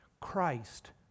Christ